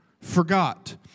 forgot